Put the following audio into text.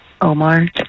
Omar